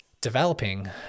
developing